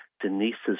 Denise's